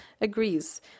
agrees